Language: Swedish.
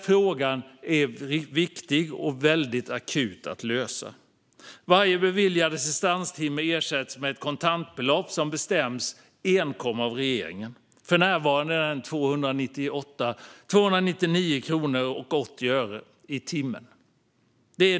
Frågan är viktig och måste lösas akut. Varje beviljad assistanstimme ersätts med ett kontantbelopp som bestäms enkom av regeringen. För närvarande är det 299,80 kronor i timmen.